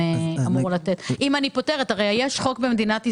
הרי יש חוק במדינת ישראל,